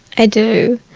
i do,